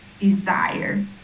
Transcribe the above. desire